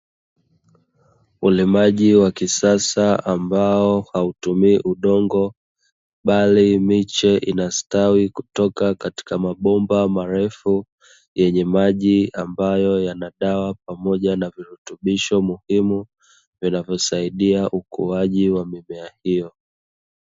Ulimaji wa kisasa ambao hautumii udongo bali miche inastawi kutoka katika mabomba marefu yenye maji, ambayo ya dawa na pamoja na virutubisho muhimu vinavyo saidia ukuaji wa mimea hiyo.